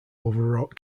overwrought